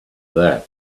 that